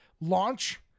launch